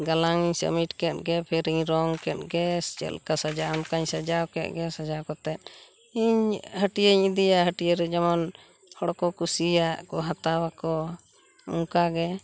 ᱜᱟᱞᱟᱝᱤᱧ ᱥᱟᱢᱤᱴ ᱠᱮᱫᱜᱮ ᱯᱷᱮᱨᱮᱧ ᱨᱚᱝ ᱠᱮᱫᱜᱮ ᱪᱮᱫᱞᱮᱠᱟ ᱥᱟᱡᱟᱜᱼᱟ ᱚᱱᱠᱟᱧ ᱥᱟᱡᱟᱣ ᱠᱮᱫᱜᱮ ᱥᱟᱡᱟᱣ ᱠᱟᱛᱮᱫ ᱤᱧ ᱦᱟᱹᱴᱤᱭᱟᱹᱧ ᱤᱫᱤᱭᱟ ᱦᱟᱹᱴᱤᱭᱟᱹᱨᱮ ᱡᱮᱢᱚᱱ ᱦᱚᱲ ᱠᱚ ᱠᱩᱥᱤᱭᱟᱜ ᱠᱚ ᱦᱟᱛᱟᱣᱟᱠᱚ ᱚᱱᱠᱟᱜᱮ